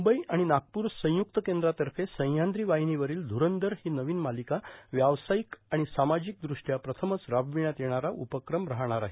मुंबई आणि नागपूर संयुक्त केंद्रातर्फे सह्याद्री वाहिनीवरील ध्ररंदर ही नवीन मालिका व्यावसायिक आणि सामाजिक दृष्ट्या प्रथमच राबविण्यात येणारा उपक्रम राहणार आहे